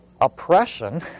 oppression